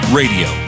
radio